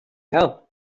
hell